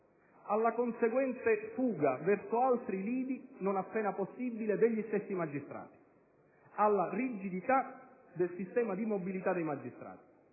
alla conseguente fuga verso altri lidi, non appena possibile, degli stessi magistrati; alla rigidità del sistema di mobilità dei magistrati.